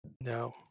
No